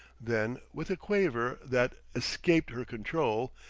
then, with a quaver that escaped her control,